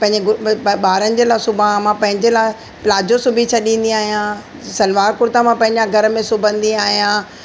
पंहिंजे गुरू ॿारनि जे लाइ सिबा मां पंहिंजे लाइ प्लाजो सिबी छॾंदी आहियां सलवार कुर्ता मां पंहिंजे घर में सिबंदी आहियां